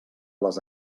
les